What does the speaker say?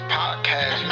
podcast